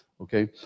Okay